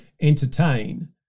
entertain